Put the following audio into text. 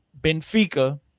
Benfica